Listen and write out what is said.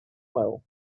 well